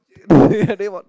uh yeah then what